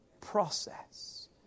process